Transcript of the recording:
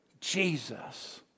Jesus